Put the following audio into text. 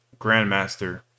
Grandmaster